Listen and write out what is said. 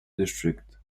district